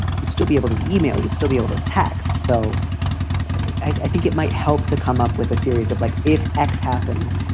you'd still be able to email. you'd still be able to text. so i think it might help to come up with a series of like if x happens,